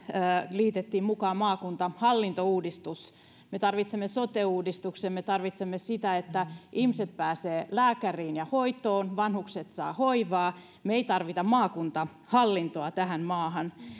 liitettiin mukaan maakuntahallintouudistus me tarvitsemme sote uudistuksen me tarvitsemme sitä että ihmiset pääsevät lääkäriin ja hoitoon vanhukset saavat hoivaa me emme tarvitse maakuntahallintoa tähän maahan